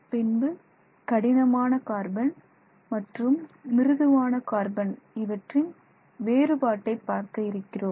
பின்பு கடினமான கார்பன் மற்றும் மிருதுவான கார்பன் இவற்றின் வேறுபாட்டை பார்க்க இருக்கிறோம்